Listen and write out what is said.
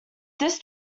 this